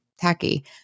tacky